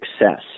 success